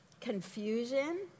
confusion